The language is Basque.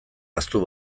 ahaztu